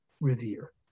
revere